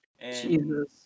Jesus